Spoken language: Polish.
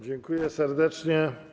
Dziękuję serdecznie.